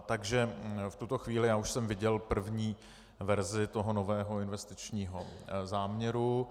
Takže v tuto chvíli už jsem viděl první verzi nového investičního záměru.